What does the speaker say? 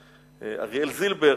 אריאל זילבר,